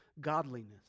godliness